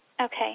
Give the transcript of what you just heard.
Okay